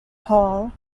hall